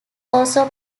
also